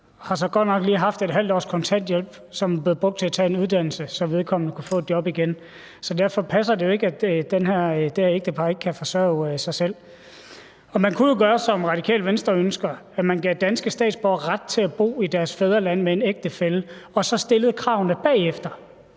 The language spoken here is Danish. selv, men har så godt nok lige haft et halvt års kontanthjælp, som er blevet brugt til at tage en uddannelse, så vedkommende kunne få et job igen. Så derfor passer det jo ikke, at det her ægtepar ikke kan forsørge sig selv. Man kunne jo gøre, som Radikale Venstre ønsker, nemlig give danske statsborgere ret til at bo i deres fædreland med en ægtefælle og så stille kravene bagefter.